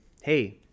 hey